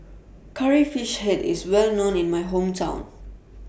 Curry Fish Head IS Well known in My Hometown